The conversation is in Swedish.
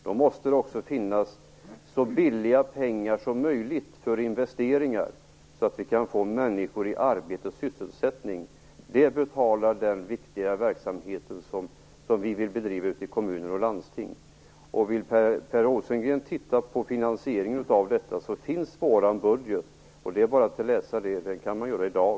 Då måste det också finnas så billiga pengar som möjligt för investeringar, så att vi kan få människor i arbete och sysselsättning. Det betalar den viktiga verksamhet som vi vill bedriva i kommuner och landsting. Vill Per Rosengren titta närmare på finansieringen av detta kan han göra det i vår budget. Det är bara att läsa det - det kan han göra i dag.